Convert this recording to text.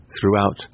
throughout